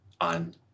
on